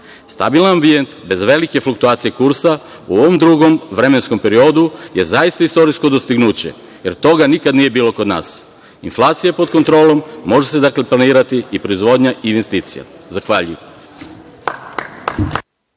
Stabilan ambijent je za velike fluktuacije kursa u ovom dugom vremenskom periodu je zaista veliko dostignuće, jer toga nikada nije bilo kod nas. Inflacija je pod kontrolom, može se planirati i proizvodnja investicija. Zahvaljujem.